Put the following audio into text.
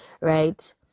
right